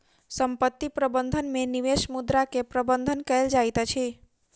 संपत्ति प्रबंधन में निवेश मुद्रा के प्रबंधन कएल जाइत अछि